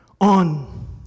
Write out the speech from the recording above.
on